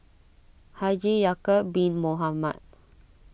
Haji Ya'Acob Bin Mohamed